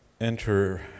enter